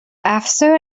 after